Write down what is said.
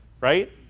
Right